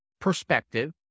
perspective